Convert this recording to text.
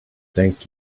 thank